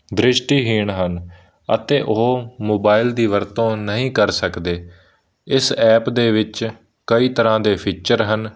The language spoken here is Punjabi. ਦ੍ਰਿਸ਼ਟੀਹੀਣ ਹਨ ਅਤੇ ਉਹ ਮੋਬਾਈਲ ਦੀ ਵਰਤੋਂ ਨਹੀਂ ਕਰ ਸਕਦੇ ਇਸ ਐਪ ਦੇ ਵਿੱਚ ਕਈ ਤਰ੍ਹਾਂ ਦੇ ਫਿਚਰ ਹਨ